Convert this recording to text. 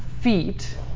feet